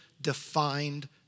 defined